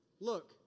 Look